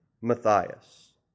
Matthias